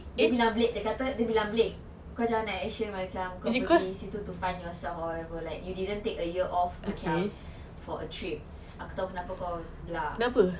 dia bilang blake dia kata dia bilang blake kau jangan nak action macam kau pergi situ to find yourself or whatever like you didn't take a year off macam for a trip aku tahu kenapa kau belah